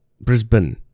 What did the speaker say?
brisbane